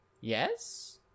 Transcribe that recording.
Yes